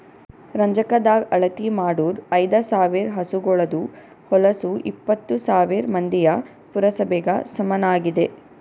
ರಂಜಕದಾಗ್ ಅಳತಿ ಮಾಡೂರ್ ಐದ ಸಾವಿರ್ ಹಸುಗೋಳದು ಹೊಲಸು ಎಪ್ಪತ್ತು ಸಾವಿರ್ ಮಂದಿಯ ಪುರಸಭೆಗ ಸಮನಾಗಿದೆ